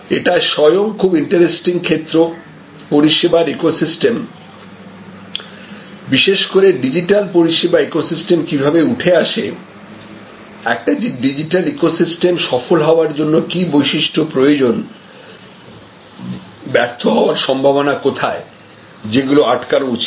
এটা স্বয়ং খুব ইন্টারেস্টিং ক্ষেত্রপরিষেবার ইকোসিস্টেম বিশেষ করে ডিজিটাল পরিষেবা ইকোসিস্টেম কিভাবে উঠে আসে একটি ডিজিটাল ইকোসিস্টেম সফল হবার জন্য কি বৈশিষ্ট্য প্রয়োজন ব্যর্থ হওয়ার সম্ভাবনা কোথায় যেগুলি আটকানো উচিত